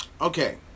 okay